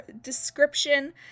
description